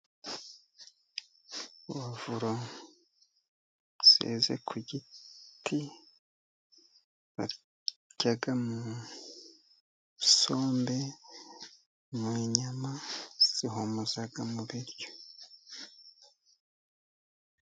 Puwavuro seze ku giti, baziteka mu isombe, mu nyama, zihumuza mu biryo.